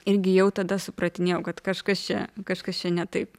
irgi jau tada supratinėjau kad kažkas čia kažkas čia ne taip